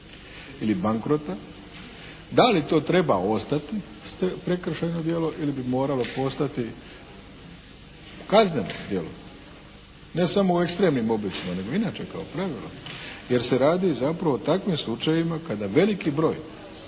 ili bankrota, da li to treba ostati prekršajno djelo ili bi moralo postati kazneno djelo. Ne samo u ekstremnim oblicima nego inače kao pravilo jer se radi zapravo o takvim slučajevima kada veliki broj